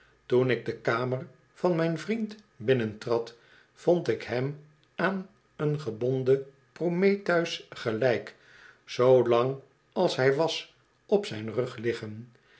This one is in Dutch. toen ik de kamer van mijn vriend binnentrad vond ik hem aan een gebonden prometheus gelijk zoo lang als hij was op zijn rug liggen